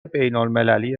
بینالمللی